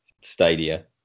stadia